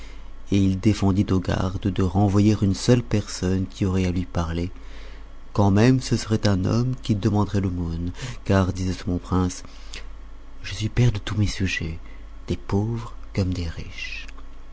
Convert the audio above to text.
et il défendit aux gardes de renvoyer une seule personne qui aurait à lui parler quand même ce serait un homme qui demanderait l'aumône car disait ce bon prince je suis le père de tous mes sujets des pauvres comme des riches